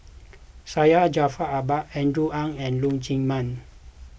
Syed Jaafar Albar Andrew Ang and Leong Chee Mun